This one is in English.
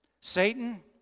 Satan